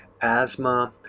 asthma